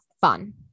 fun